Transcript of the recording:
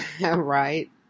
right